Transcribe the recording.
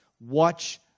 watch